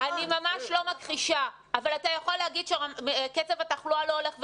אני ממש לא מכחישה אבל אתה יכול להגיד שקצב התחלואה לא הולך ויורד?